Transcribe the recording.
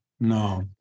No